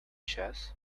chess